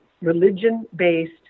religion-based